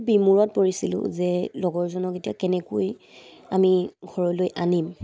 বিমূৰত পৰিছিলোঁ যে লগৰজনক এতিয়া কেনেকৈ আমি ঘৰলৈ আনিম